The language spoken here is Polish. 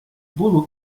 bólu